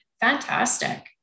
fantastic